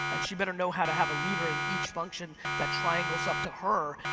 and she better know how to have a leader in each function that triangles up to her.